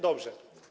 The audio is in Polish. Dobrze.